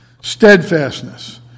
Steadfastness